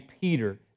Peter